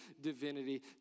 divinity